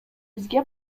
бизге